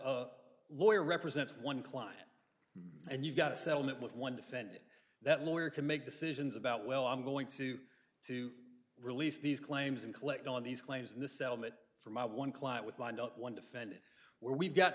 a lawyer represents one client and you've got a settlement with one defendant that lawyer can make decisions about well i'm going to to release these claims and collect on these claims and the settlement for my one client with wind up one defendant where we've got